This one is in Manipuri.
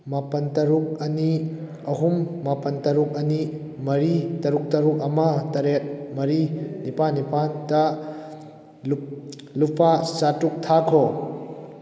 ꯃꯥꯄꯜꯑ ꯇꯔꯨꯛ ꯑꯅꯤ ꯑꯍꯨꯝ ꯃꯥꯄꯜ ꯇꯔꯨꯛ ꯑꯅꯤ ꯃꯔꯤ ꯇꯔꯨꯛ ꯇꯔꯨꯛ ꯑꯃ ꯇꯔꯦꯠ ꯃꯔꯤ ꯅꯤꯄꯥꯜ ꯅꯤꯄꯥꯜꯗ ꯂꯨꯄꯥ ꯆꯥꯇꯔꯨꯛ ꯊꯥꯈꯣ